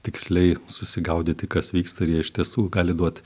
tiksliai susigaudyti kas vyksta ir jie iš tiesų gali duot